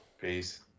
Peace